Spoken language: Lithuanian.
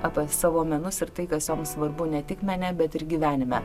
apie savo menus ir tai kas jom svarbu ne tik mene bet ir gyvenime